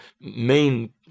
main